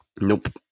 nope